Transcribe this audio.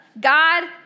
God